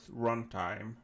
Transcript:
runtime